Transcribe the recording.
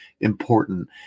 important